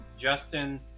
Justin